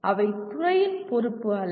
அவை துறையின் பொறுப்பு அல்ல